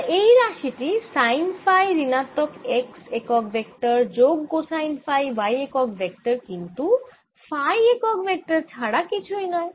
আর এই রাশি টি সাইন ফাই ঋণাত্মক x একক ভেক্টর যোগ কোসাইন ফাই y একক ভেক্টর কিন্তু ফাই একক ভেক্টর ছাড়া কিছুই নয়